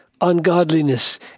ungodliness